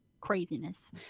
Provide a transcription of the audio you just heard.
craziness